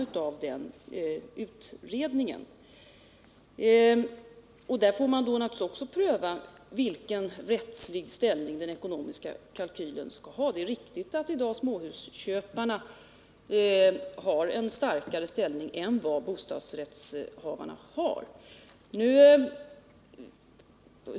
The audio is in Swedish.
Utredningen får naturligtvis pröva vilken rättslig ställning den ekonomiska kalkylen skall ha. Det är riktigt att småhusköparna i dag har en starkare ställning än vad bostadsrättshavarna har.